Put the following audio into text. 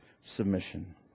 submission